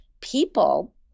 people